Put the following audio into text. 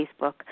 Facebook